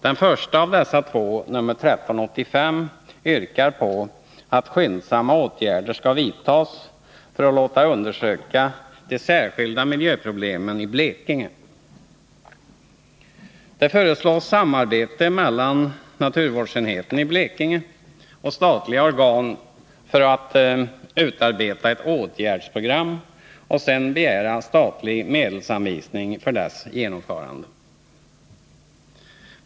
Den första av dessa två, nr 1385, yrkar på att skyndsamma åtgärder skall vidtas för att låta undersöka de särskilda miljöproblemen i Blekinge. Det föreslås att naturvårdsenheten i Blekinge län i samarbete med statliga organ skall utarbeta ett åtgärdsprogram och att sedan statlig medelsanvisning för dess genomförande skall begäras.